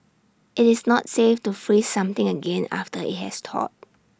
IT is not safe to freeze something again after IT has thawed